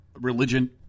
religion